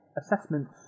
assessments